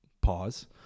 Pause